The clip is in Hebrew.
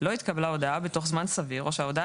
לא התקבלה הודעה בתוך זמן סביר או שההודעה